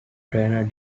trainer